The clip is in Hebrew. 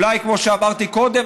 ואולי כמו שאמרתי קודם,